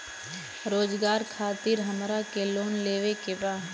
रोजगार खातीर हमरा के लोन लेवे के बा?